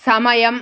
సమయం